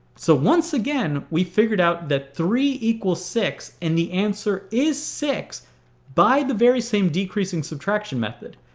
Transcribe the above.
so once again we figured out that three equals six and the answer is six by the very same decreasing subtraction method.